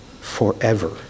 forever